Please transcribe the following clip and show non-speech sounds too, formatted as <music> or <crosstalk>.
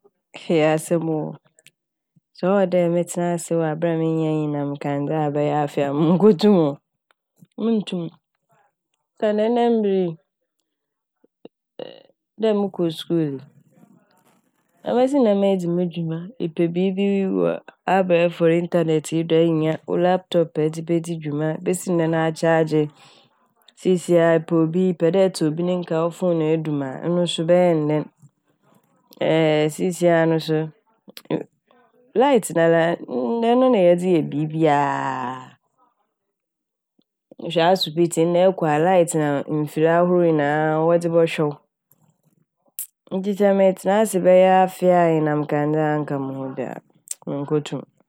Ɔyɛ asɛm oo. Sɛ ɔwɔ dɛ metsena ase wɔ aber a minnya enyinamkandzea bɛyɛ afe a munnkotum oo. <laughs> Munntum, osiandɛ ndɛ mber yi <hesitation> dɛ mokɔ skuul yi obesi dɛn na medzi mo dwuma sɛ mepɛ biibi wɔ abɛefor intanɛt yi do a innya wo "laptop"a edze bedzi dwuma ebesi dɛn akyaagye. Sisiera epɛ obi epɛ dɛ etse obi ne nka wo fone edum a ɔno so ebɛyɛ ne dɛn. <hesitation> siisia no so "light" nala <hesitation> ɔno na yɛdze yɛ biibiara. Hwɛ asopitsi ndɛ ɛkɔ a "light " na mfir ahorow nyinaa wɔdze bɔhwɛ wo. <hesitation> Ntsi sɛ metsena ase bɛyɛ afe a nyinamkandzea nnka mo ho dze a <hesitation> munnkotum.